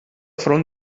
front